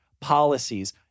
policies